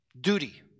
Duty